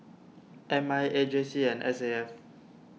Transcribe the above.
M I A J C and S A F